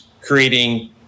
creating